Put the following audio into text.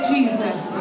Jesus